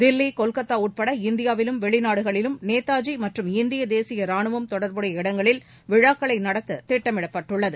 தில்லி கொல்கத்தா உட்பட இந்தியாவிலும் வெளிநாடுகளிலும் நேதாஜி மற்றும் இந்திய தேசிய ராணுவம் தொடர்புடைய இடங்களில் விழாக்களை நடத்த திட்டமிடப்பட்டுள்ளது